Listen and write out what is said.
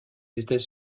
états